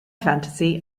fantasy